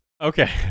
Okay